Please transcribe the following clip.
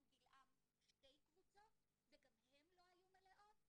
'גילעם' שתי קבוצות וגם הן לא היו מלאות,